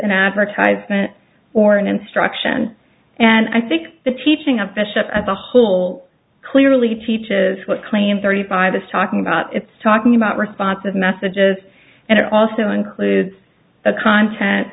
an advertisement or an instruction and i think the teaching of bishop of the whole clearly teaches what claim thirty five is talking about it's talking about responsive messages and it also includes the content